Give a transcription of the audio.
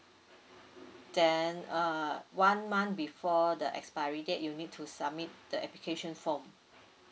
then uh one month before the expiry date you need to submit the application form